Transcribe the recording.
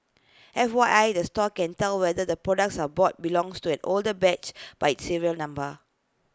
F Y I the store can tell whether the products are bought belongs to an older batch by its serial number